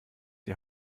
die